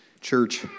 church